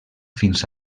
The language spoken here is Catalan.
fins